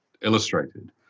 illustrated